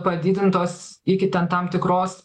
padidintos iki ten tam tikros